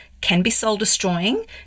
can-be-soul-destroying